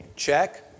check